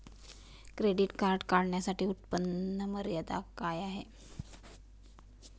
Credit card काढण्यासाठी उत्पन्न मर्यादा काय आहे?